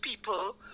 people